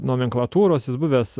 nomenklatūros jis buvęs